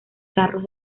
carros